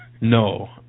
No